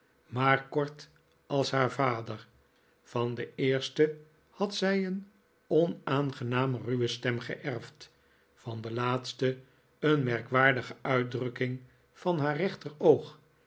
maar kort als haar vader j van de eerste had zij een onaangenaam ruwe stem geerfd van den laatsten een merkwaardige uitdrukking van haar rechteroog